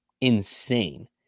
insane